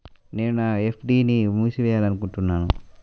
నేను నా ఎఫ్.డీ ని మూసివేయాలనుకుంటున్నాను